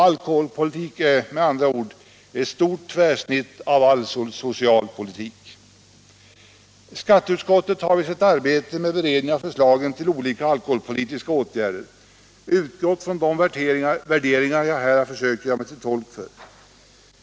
Alkoholpolitik är med andra ord ett stort tvärsnitt av all social politik. Skatteutskottet har vid sitt arbete med beredningen av förslagen till olika alkoholpolitiska åtgärder utgått från de värderingar jag här har försökt göra mig till tolk för.